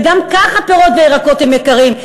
וגם כך הפירות והירקות הם יקרים,